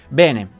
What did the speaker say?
bene